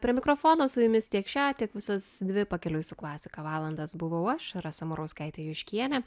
prie mikrofono su jumis tiek šią tiek visas dvi pakeliui su klasika valandas buvau aš rasa murauskaitė juškienė